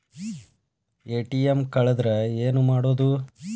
ATM ಕಳದ್ರ ಏನು ಮಾಡೋದು?